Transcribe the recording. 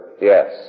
Yes